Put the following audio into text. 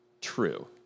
true